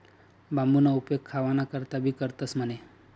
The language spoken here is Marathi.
बांबूना उपेग खावाना करता भी करतंस म्हणे